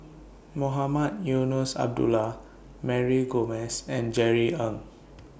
Mohamed Eunos Abdullah Mary Gomes and Jerry Ng